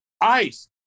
ice